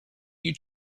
you